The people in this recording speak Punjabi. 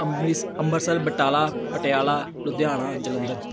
ਅੰਮ੍ਰਿਸ ਅੰਮ੍ਰਿਤਸਰ ਬਟਾਲਾ ਪਟਿਆਲਾ ਲੁਧਿਆਣਾ ਜਲੰਧਰ